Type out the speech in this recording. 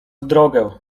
drogę